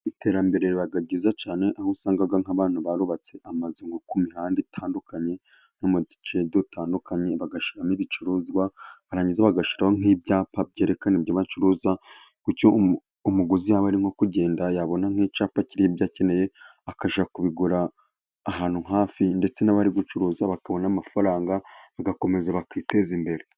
Iterambere riba ryiza cyane aho usanga nk'abantu barubatse amazu ku mihanda itandukanye no mu duce dutandukanye, bagashyiramo ibicuruzwa barangiza bagashyiraho nk'ibyapa byerekana ibyo bacuruza, bityo umuguzi yaba arimo kugenda yabona nk'icyapa kiriho ibyo akeneye akajya kubigura ahantu hafi, ndetse n'abari gucuruza bakabona amafaranga bagakomeza bakiteza imbere.